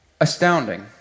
astounding